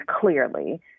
clearly